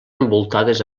envoltades